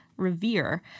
Revere